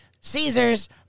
Caesars